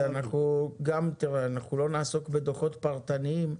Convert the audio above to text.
לא נעסוק בדוחות פרטניים.